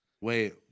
Wait